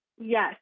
Yes